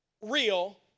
real